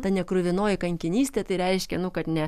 ta nekruvinoji kankinystė tai reiškia nu kad ne